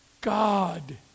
God